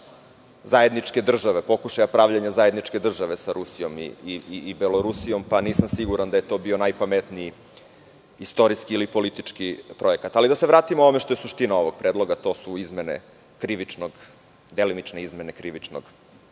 zajedničke države, pokušaja pravljenje zajedničke države sa Rusijom i Belorusijom, pa nisam siguran da je to bio najpametniji istorijski ili politički projekat. Ali, da se vratimo, ono što je suština ovog predloga, to su izmene krivičnog, delimične izmene Krivičnog